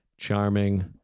charming